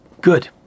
Good